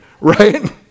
right